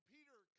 Peter